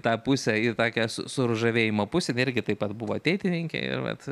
tą pusę ir tokią surūžavėjimo pusę jin irgi taip pat buvo ateitininkė ir vat